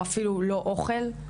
או אפילו לא אוכל,